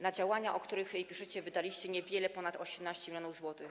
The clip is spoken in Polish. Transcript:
Na działania, o których piszecie, wydaliście niewiele ponad 18 mln zł.